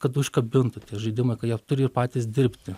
kad užkabintų žaidimą kai jie turi ir patys dirbti